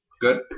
Good